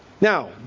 Now